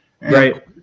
Right